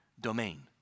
domain